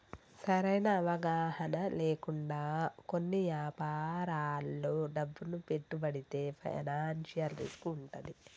సరైన అవగాహన లేకుండా కొన్ని యాపారాల్లో డబ్బును పెట్టుబడితే ఫైనాన్షియల్ రిస్క్ వుంటది